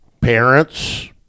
parents